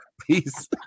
Peace